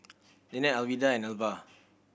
Linette Alwilda and Alva